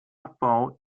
abbau